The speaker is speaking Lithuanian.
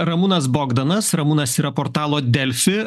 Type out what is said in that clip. ramūnas bogdanas ramūnas yra portalo delfi